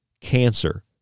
cancer